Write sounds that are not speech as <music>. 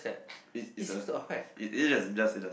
<noise> it's it's a it it just it does it does